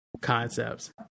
concepts